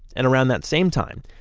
and around that same time,